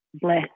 bless